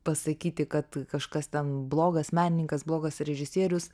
pasakyti kad kažkas ten blogas menininkas blogas režisierius